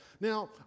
Now